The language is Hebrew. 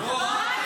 --- בהצלבה, בואי.